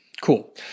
Cool